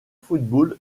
football